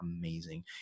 amazing